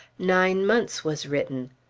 nine months was written.